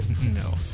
No